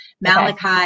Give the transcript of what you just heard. Malachi